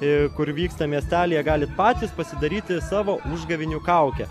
ir kur vyksta miestelyje galit patys pasidaryti savo užgavėnių kaukę